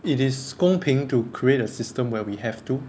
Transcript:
it is 公平 to create a system where we have to